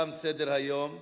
תם סדר-היום.